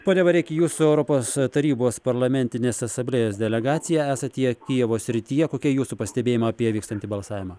pone vareiki jūsų europos tarybos parlamentinės asamblėjos delegacija esate jie kijevo srityje kokie jūsų pastebėjimai apie vykstantį balsavimą